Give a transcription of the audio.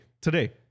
today